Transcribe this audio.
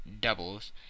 doubles